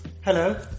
Hello